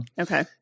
okay